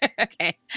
Okay